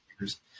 years